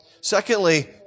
Secondly